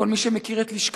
כל מי שמכיר את לשכתו,